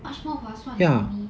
much more 划算 for me